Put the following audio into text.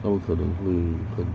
他们可能会很